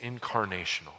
incarnational